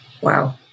wow